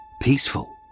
peaceful